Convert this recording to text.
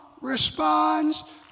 responds